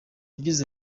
yagize